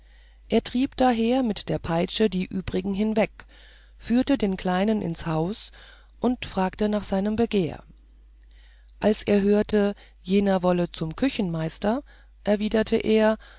er trieb daher mit der peitsche die übrigen hinweg führte den kleinen ins haus und fragte nach seinem begehr als er hörte jener wolle zum küchenmeister erwiderte er